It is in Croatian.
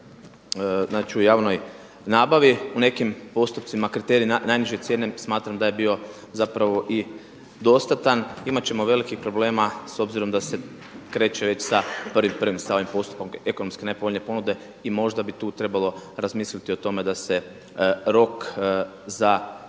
U nekim postupcima kriterij najniže cijene smatram da je bio zapravo i dostatan. Imat ćemo velikih problema s obzirom da se kreće već sa 1.1. sa ovim postupkom ekonomski najpovoljnije ponude i možda bi tu trebalo razmisliti o tome da se rok za uvođenje